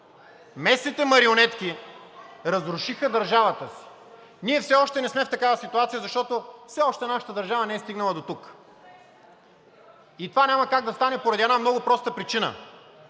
местните марионетки разрушиха държавата си. Ние все още не сме в такава ситуация, защото все още нашата държава не е стигнала дотук и това няма как да стане поради една много проста причина